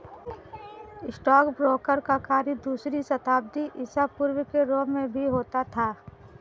stockbroker का कार्य दूसरी शताब्दी ईसा पूर्व के रोम में भी होता था